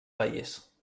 país